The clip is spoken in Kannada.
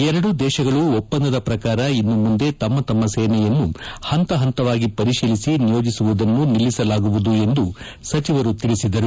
ಎರಡೂ ದೇಶಗಳು ಒಪ್ಪಂದದ ಪ್ರಕಾರ ಇನ್ನು ಮುಂದೆ ತಮ್ಮ ತಮ್ಮ ಸೇನೆಯನ್ನು ಹಂತ ಹಂತವಾಗಿ ಪರಿಸೀಲಿಸಿ ನಿಯೋಜಿಸುವುದನ್ನು ನಿಲ್ಲಿಸಲಾಗುವುದು ಎಂದು ಸಚಿವರು ತಿಳಿಸಿದರು